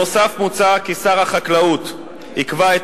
נוסף על כך מוצע כי שר החקלאות יקבע את